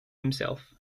himself